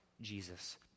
Jesus